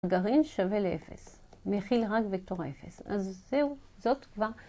גרעין שווה לאפס, מכיל רק וקטור האפס, אז זהו, זאת כבר